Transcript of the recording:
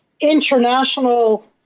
International